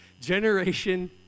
Generation